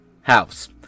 house